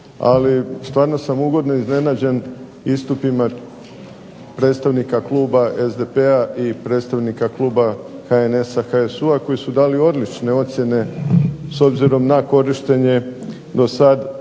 ali stvarno sam ugodno iznenađen istupima predstavnika kluba SDP-a i predstavnika kluba HNS-a, HSU-a koji su dali odlične ocjene s obzirom na korištenje dosad